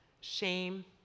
shame